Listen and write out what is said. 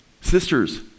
Sisters